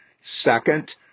Second